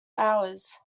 hours